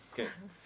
כן.